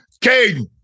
Caden